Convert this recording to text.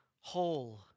whole